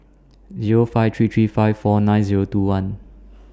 Zero five three three five four nine Zero two one